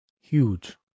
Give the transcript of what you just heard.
Huge